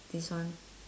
this one